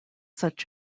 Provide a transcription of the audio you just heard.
such